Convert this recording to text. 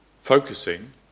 focusing